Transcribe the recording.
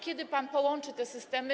Kiedy pan połączy te systemy?